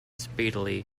speedily